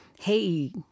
Hey